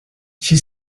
she